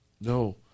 No